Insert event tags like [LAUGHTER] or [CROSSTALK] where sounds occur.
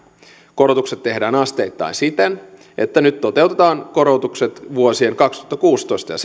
korotukset tehdään asteittain siten että nyt toteutetaan korotukset vuosien kaksituhattakuusitoista ja [UNINTELLIGIBLE]